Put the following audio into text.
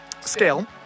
Scale